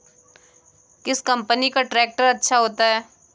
किस कंपनी का ट्रैक्टर अच्छा होता है?